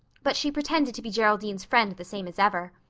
but she pretended to be geraldine's friend the same as ever.